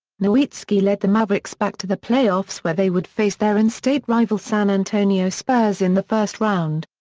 nowitzki led the mavericks back to the playoffs where they would face their in state rival san antonio spurs in the first round.